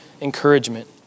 encouragement